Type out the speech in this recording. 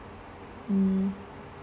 mm